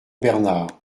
bernard